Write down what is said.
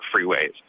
freeways